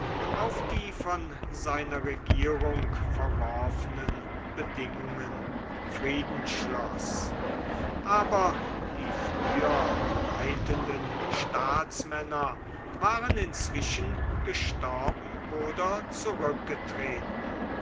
auf die von seiner regierung verworfenen bedingungen frieden schloß aber die früher leitenden staatsmänner waren inzwischen gestorben oder zurückgetreten